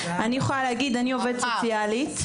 אני עובדת סוציאלית,